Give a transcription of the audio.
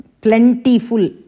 plentiful